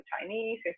Chinese